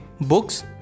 books